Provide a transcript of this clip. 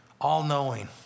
all-knowing